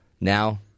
now—